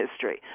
history